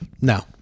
No